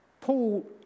Paul